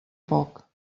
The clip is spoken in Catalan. poc